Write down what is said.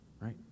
Right